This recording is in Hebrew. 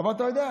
אבל אתה יודע,